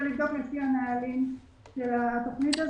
לבדוק לפי הנהלים של התוכנית הזאת,